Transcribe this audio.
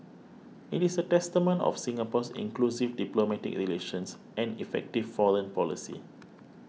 it is a testament of Singapore's inclusive diplomatic relations and effective foreign policy